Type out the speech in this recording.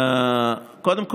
קודם כול,